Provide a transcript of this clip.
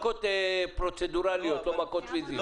מכות פרוצדורליות, לא מכות פיזיות.